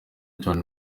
john